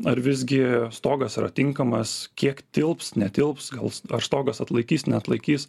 ar visgi stogas yra tinkamas kiek tilps netilps gal ar stogas atlaikys neatlaikys